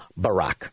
Barack